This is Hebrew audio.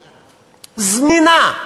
זמינה,